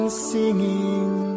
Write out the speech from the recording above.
singing